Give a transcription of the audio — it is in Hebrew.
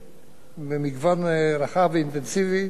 על מנת להגביר גם את המודעות הזאת לציבור,